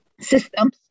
systems